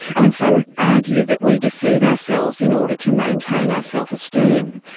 i mean some argue that we deceive ourselves in order to maintain our self-esteem,